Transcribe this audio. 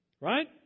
Right